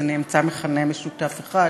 אז אני אמצא מכנה משותף אחד